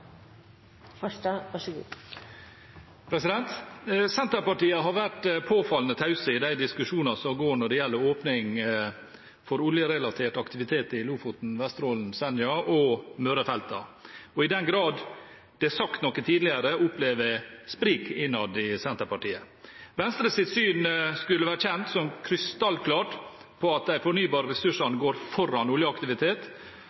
lagt ut. Så om vedkommende skal være i Trondheim, er jeg usikker på, men det er en viktig problemstilling. Senterpartiet har vært påfallende tause i de diskusjonene som går når det gjelder åpning for oljerelatert aktivitet i Lofoten, Vesterålen, Senja og Møre-feltene. I den grad det er sagt noe tidligere, opplever jeg sprik innad i Senterpartiet. Venstres syn skulle være kjent som krystallklart,